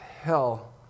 hell